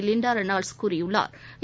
Linda Reynolds கூறியுள்ளாா்